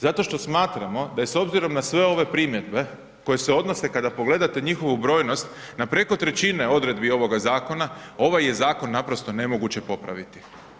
Zato što smatramo da je s obzirom na sve ove primjedbe koje se odnose kada pogledate njihovu brojnost na preko 1/3 odredbi ovog zakona, ovaj je zakon naprosto nemoguće popraviti.